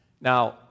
Now